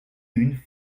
une